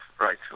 right